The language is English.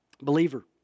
Believer